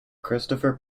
christopher